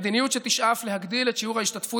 מדיניות שתשאף להגדיל את שיעור ההשתתפות